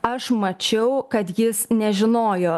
aš mačiau kad jis nežinojo